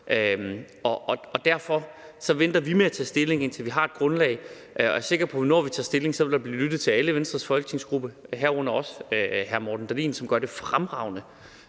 Derfor venter vi med at tage stilling, til vi har et grundlag, og jeg er sikker på, at når vi tager stilling, vil der blive lyttet til alle i Venstres folketingsgruppe, herunder også hr. Morten Dahlin, som gør det fremragende,